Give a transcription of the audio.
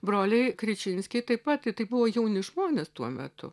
broliai kričinskiai taip pat tai buvo jauni žmonės tuo metu